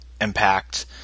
impact